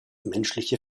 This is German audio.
menschliche